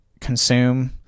consume